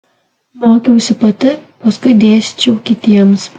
mokiausi pati paskui dėsčiau kitiems